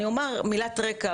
אני אומר מילת רקע,